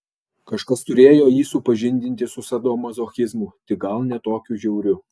kažkas turėjo jį supažindinti su sadomazochizmu tik gal ne tokiu žiauriu